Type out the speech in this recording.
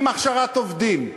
עם הכשרת עובדים,